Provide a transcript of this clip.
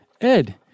Ed